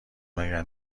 مگر